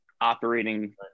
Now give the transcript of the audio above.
operating